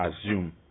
assume